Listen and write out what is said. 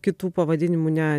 kitų pavadinimų ne